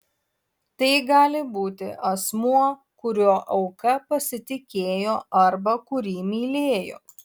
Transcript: tai gali būti asmuo kuriuo auka pasitikėjo arba kurį mylėjo